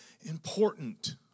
important